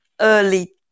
early